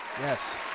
Yes